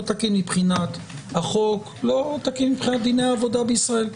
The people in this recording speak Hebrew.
מבחינת החוק ומבחינת דיני העבודה בישראל.